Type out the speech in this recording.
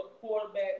quarterback